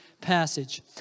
passage